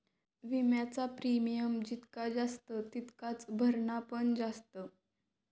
विम्याचा प्रीमियम जितका जास्त तितकाच भरणा पण जास्त